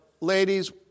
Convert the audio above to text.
ladies